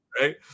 right